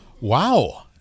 Wow